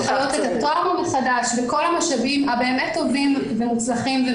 הן חיות את הטראומה מחדש וכל המשאבים הבאמת טובים ומקצועיים